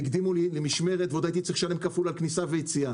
והקדימו לי למשמרת ועוד הייתי צריך לשלם כפול על כניסה ויציאה,